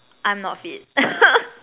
I'm not fit